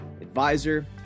advisor